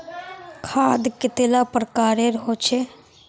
खाद कतेला प्रकारेर होचे?